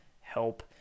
help